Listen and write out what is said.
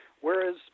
Whereas